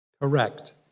Correct